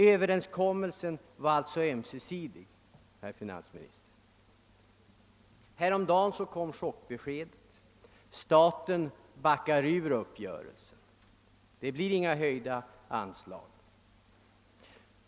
Det var alltså en ömsesidig Ööverenskommelse, herr finansminister. Men häromdagen kom chockbeskedet att staten backar ur uppgörelsen. Det blir inga höjda anslag.